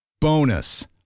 Bonus